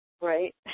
right